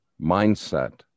mindset